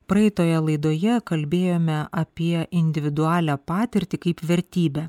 praeitoje laidoje kalbėjome apie individualią patirtį kaip vertybę